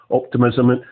optimism